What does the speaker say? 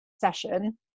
session